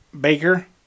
Baker